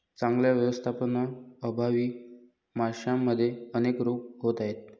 चांगल्या व्यवस्थापनाअभावी माशांमध्ये अनेक रोग होत आहेत